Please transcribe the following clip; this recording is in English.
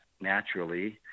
naturally